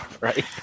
Right